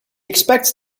expects